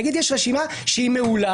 נגיד שיש רשימה מעולה,